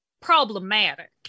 problematic